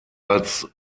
als